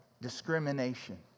discrimination